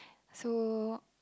so